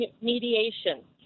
mediation